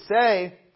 say